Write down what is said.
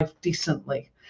decently